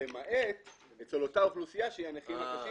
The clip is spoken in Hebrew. למעט אצל אותה אוכלוסייה שהיא הנכים הקשים,